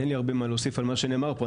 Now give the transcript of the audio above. אין לי הרבה מה להוסיף על מה שנאמר פה,